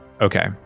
Okay